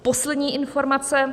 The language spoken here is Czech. Poslední informace.